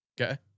Okay